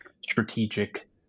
strategic